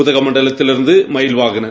உதகமண்டலத்திலிருந்தமயில்வாகனன்